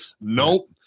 nope